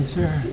here